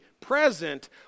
present